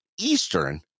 Eastern